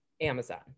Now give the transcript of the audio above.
Amazon